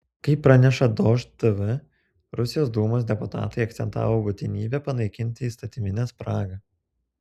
kaip praneša dožd tv rusijos dūmos deputatai akcentavo būtinybę panaikinti įstatyminę spragą